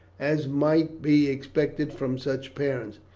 as might be expected from such parents,